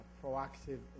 proactive